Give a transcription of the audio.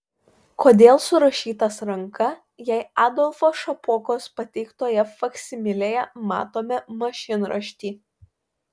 kodėl surašytas ranka jei adolfo šapokos pateiktoje faksimilėje matome mašinraštį